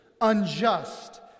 unjust